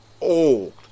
old